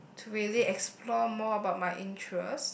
to really explore more about my interest